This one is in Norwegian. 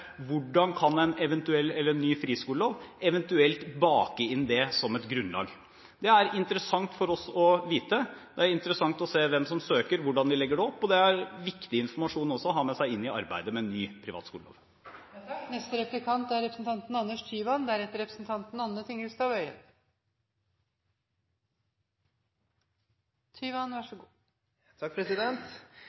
hvordan en ny friskolelov eventuelt kan bake inn det som et grunnlag. Det er interessant for oss å vite. Det er interessant å se hvem som søker, hvordan de legger det opp, og det er viktig informasjon å ha med seg i arbeidet med ny privatskolelov. Dette er